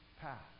path